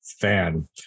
fan